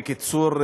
בקיצור,